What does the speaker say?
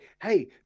hey